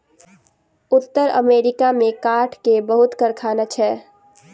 उत्तर अमेरिका में काठ के बहुत कारखाना छै